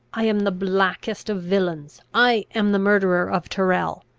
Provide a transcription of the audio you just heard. i am the blackest of villains. i am the murderer of tyrrel.